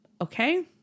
okay